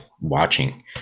watching